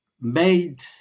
made